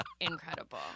incredible